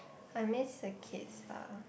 I miss the kids lah